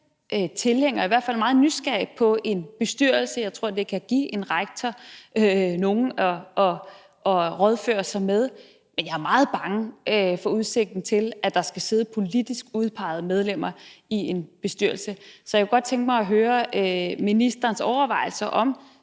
eller i hvert fald meget nysgerrig på en bestyrelse, og jeg tror, det kan give en rektor nogle at rådføre sig med. Men jeg er meget bange for udsigten til, at der skal sidde politisk udpegede medlemmer i en bestyrelse. Så jeg kunne godt tænke mig at høre ministerens overvejelser om